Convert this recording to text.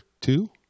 two